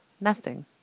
nesting